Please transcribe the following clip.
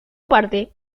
parte